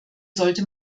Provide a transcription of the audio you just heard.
sollte